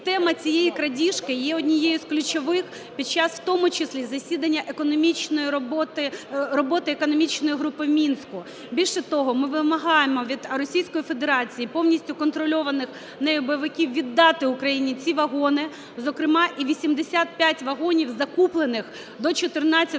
тема цієї крадіжки є однією з ключових під час, в тому числі, засідання роботи економічної групи в Мінську. Більше того, ми вимагаємо від Російської Федерації, повністю контрольованих нею бойовиків віддати Україні ці вагони, зокрема і 85 вагонів, закуплених до 14-го